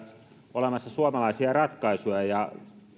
olemassa suomalaisia ratkaisuja ja